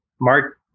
Mark